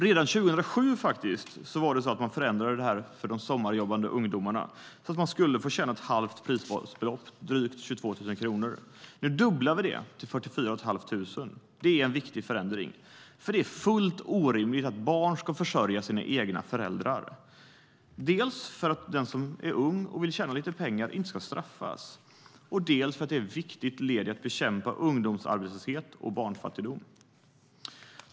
Redan 2007 förändrades detta för de sommarjobbande ungdomarna, för att de skulle få tjäna ett halvt prisbasbelopp, drygt 22 000 kronor. Nu dubblar vi det till 44 500 kronor. Det är en viktig förändring. Det är helt orimligt att barn ska försörja sina egna föräldrar, dels för att den som är ung och vill tjäna lite pengar inte ska straffas, dels för att det är ett viktigt led i att bekämpa ungdomsarbetslöshet och barnfattigdom.